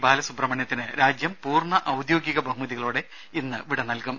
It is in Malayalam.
ബാലസുബ്രഹ്മണ്യത്തിന് രാജ്യം പൂർണ ഔദ്യോഗിക ബഹുമതികളോടെ ഇന്ന് വിട നൽകും